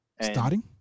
Starting